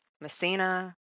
Messina